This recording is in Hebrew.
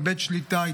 איבד שליטה,